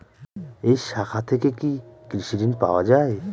এই শাখা থেকে কি কৃষি ঋণ পাওয়া যায়?